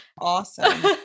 awesome